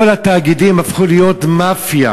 כל התאגידים הפכו להיות מאפיה.